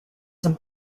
some